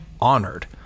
honored